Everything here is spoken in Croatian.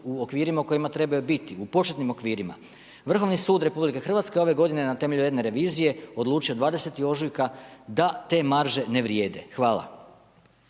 u okvirima u kojima trebaju biti, u početnim okvirima. Vrhovni sud RH ove godine na temelju jedne revizije odlučio 20. ožujka da te marže ne vrijede. Hvala.